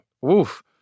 woof